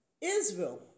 Israel